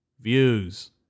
views